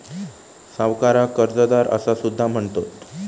सावकाराक कर्जदार असा सुद्धा म्हणतत